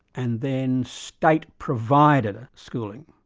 and then state-provided ah schooling.